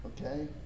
Okay